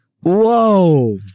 Whoa